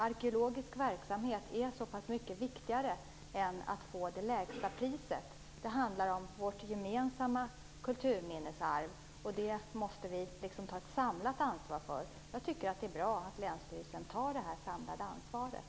Arkeologisk verksamhet är mycket viktigare än att få det lägsta priset. Det handlar om vårt gemensamma kulturminnesarv. Det måste vi ta ett samlat ansvar för. Jag tycker att det är bra att länsstyrelsen tar det samlade ansvaret.